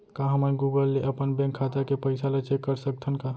का हमन गूगल ले अपन बैंक खाता के पइसा ला चेक कर सकथन का?